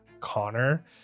Connor